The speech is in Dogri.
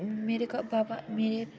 मेरे के पापा मेरे